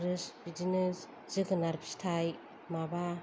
आरो बिदिनो जोगोनार फिथाय माबा